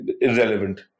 irrelevant